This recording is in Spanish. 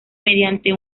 mediante